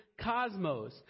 cosmos